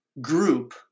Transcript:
group